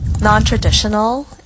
non-traditional